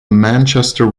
manchester